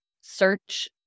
search